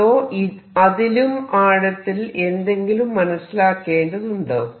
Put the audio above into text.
അതോ അതിലും ആഴത്തിൽ എന്തെങ്കിലും മനസിലാക്കേണ്ടതുണ്ടോ